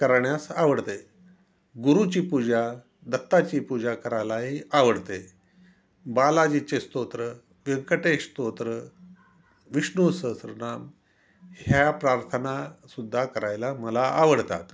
करण्यास आवडते गुरुची पूजा दत्ताची पूजा करायलाही आवडते बालाजीचे स्तोत्र व्यंकटेश स्तोत्र विष्णू सहस्रनाम ह्या प्रार्थनासुद्धा करायला मला आवडतात